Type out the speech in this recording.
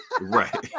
Right